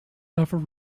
offer